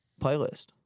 playlist